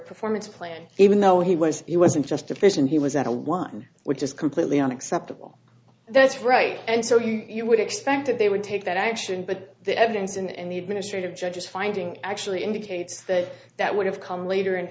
performance plan even though he was he wasn't just the person he was at a one which is completely unacceptable that's right and so you would expect that they would take that action but the evidence and the administrative judges finding actually indicates that that would have come later